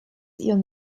ihren